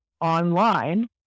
online